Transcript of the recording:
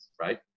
right